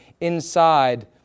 inside